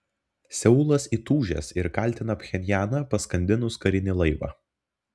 seulas įtūžęs ir kaltina pchenjaną paskandinus karinį laivą